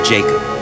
Jacob